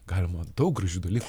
galima daug gražių dalykų